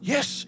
Yes